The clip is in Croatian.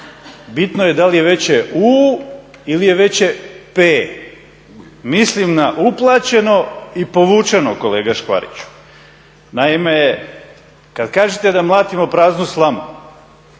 Bitno je da li je veće U ili je veće P. Mislim na uplaćeno i povučeno kolega Škvariću. Naime, kad kažete da mlatimo praznu slamu,